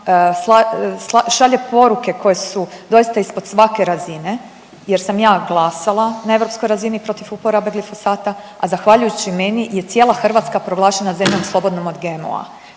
Šalje poruke koje su doista ispod svake razine, jer sam ja glasala na europskoj razini protiv uporabe glifosata, a zahvaljujući meni je cijela Hrvatska proglašena zemljom slobodnom od GMO-a.